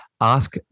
Ask